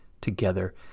together